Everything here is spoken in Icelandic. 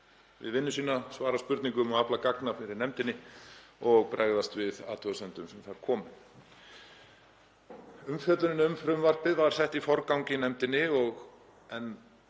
við vinnu sína, að svara spurningum og afla gagna fyrir nefndinni og bregðast við athugasemdum sem komu. Umfjöllunin um frumvarpið var sett í forgang í nefndinni en